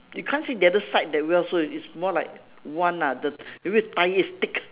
you can't see the other side that well so it's more like one ah the maybe the tyre is thick